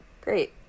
great